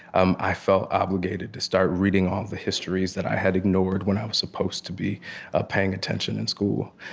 um i felt obligated to start reading all the histories that i had ignored when i was supposed to be ah paying attention in school.